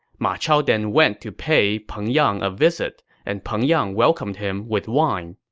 ma chao then went to pay peng yang a visit, and peng yang welcomed him with wine.